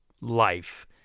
life